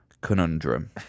conundrum